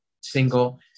single